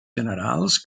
generals